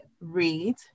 read